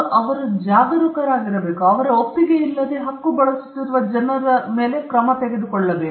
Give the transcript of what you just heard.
ಅವರು ಜಾಗರೂಕರಾಗಿರಬೇಕು ಮತ್ತು ಅವರ ಒಪ್ಪಿಗೆಯಿಲ್ಲದೆ ಹಕ್ಕು ಬಳಸುತ್ತಿರುವ ಜನರಿಗೆ ಕ್ರಮ ತೆಗೆದುಕೊಳ್ಳಬೇಕು